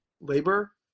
labor